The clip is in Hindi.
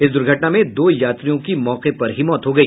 इस दुर्घटना में दो यात्रियों की मौके पर ही मौत हो गई